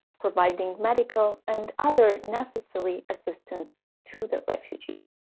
providing medical and other necessary assistance to the refugees.